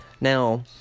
Now